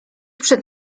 przed